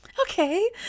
okay